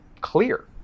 clear